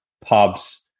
pubs